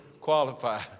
qualify